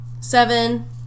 Seven